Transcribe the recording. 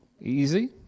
easy